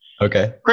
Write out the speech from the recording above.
Okay